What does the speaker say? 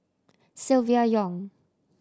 Silvia Yong